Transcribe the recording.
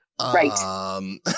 Right